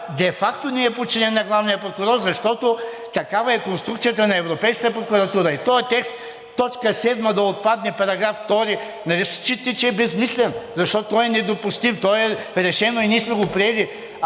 де факто не е подчинен на главния прокурор, защото такава е конструкцията на Европейската прокуратура. И в този текст т. 7 да отпадне на § 2, нали считате, че е безсмислен, защото той е недопустим, то е решено и ние сме го приели.